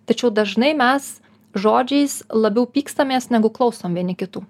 tačiau dažnai mes žodžiais labiau pykstamės negu klausom vieni kitų